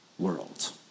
world